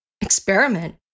Experiment